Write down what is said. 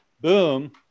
boom